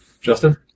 Justin